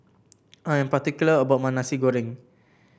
I am particular about my Nasi Goreng